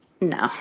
No